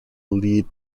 lead